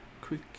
quick